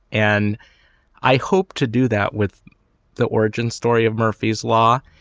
and i hope to do that with the origin story of murphy's law.